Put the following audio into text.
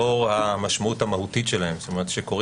ולכן גם על המחזיק וגם על בעל השליטה, שני הגורמים